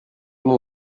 nom